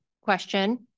question